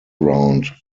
round